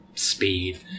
Speed